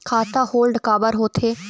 खाता होल्ड काबर होथे?